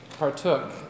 Partook